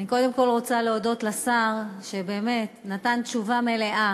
אני קודם כול רוצה להודות לשר שבאמת נתן תשובה מלאה,